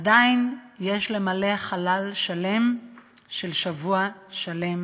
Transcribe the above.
עדיין יש למלא חלל שלם של שבוע שלם,